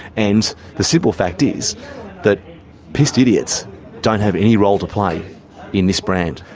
and the simple fact is that pissed idiots don't have any role to play in this brand.